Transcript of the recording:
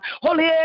Holy